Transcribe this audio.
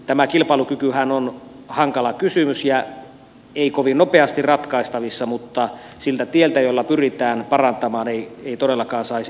tämä kilpailukykyhän on hankala kysymys ja ei kovin nopeasti ratkaistavissa mutta siltä tieltä jolla pyritään parantamaan ei todellakaan saisi poiketa